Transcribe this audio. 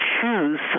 choose